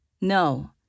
No